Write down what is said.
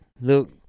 look